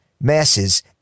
masses